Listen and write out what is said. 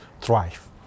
thrive